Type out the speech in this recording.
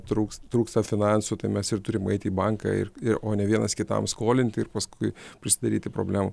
trūks trūksta finansų tai mes turim eiti į banką ir ir o ne vienas kitam skolinti ir paskui prisidaryti problemų